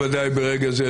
בוודאי ברגע זה,